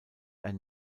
ein